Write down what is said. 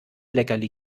leckerli